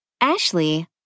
Ashley